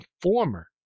former